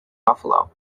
buffalo